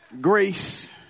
grace